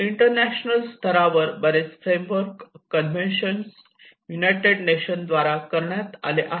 inter national स्तरावर बरेच framework convention united nation द्वारा करण्यात आले आहेत